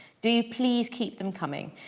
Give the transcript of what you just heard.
do please keep them coming.